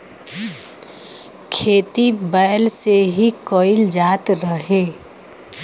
खेती बैल से ही कईल जात रहे